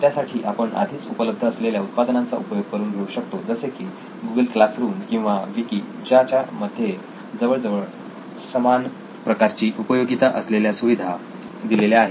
त्याठिकाणी आपण आधीच उपलब्ध असलेल्या उत्पादनांचा उपयोग करून घेऊ शकतो जसे की गुगल क्लासरूम किंवा विकी ज्याच्या मध्ये जवळजवळ समान प्रकारची उपयोगिता असलेल्या सुविधा दिलेल्या आहेत